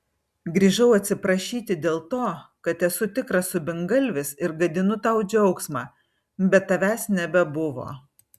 grįžau atsiprašyti dėl to kad esu tikras subingalvis ir gadinu tau džiaugsmą bet tavęs nebebuvo